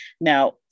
Now